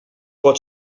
pot